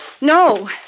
No